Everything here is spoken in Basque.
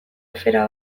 afera